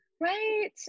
right